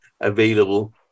available